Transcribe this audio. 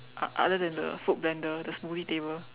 uh other than the fruit blender the smoothie table